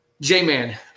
J-Man